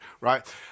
right